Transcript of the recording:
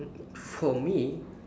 for me